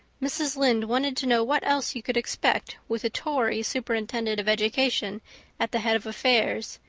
mrs. lynde wanted to know what else you could expect with a tory superintendent of education at the head of affairs,